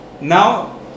Now